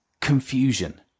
confusion